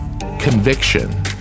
conviction